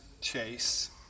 chase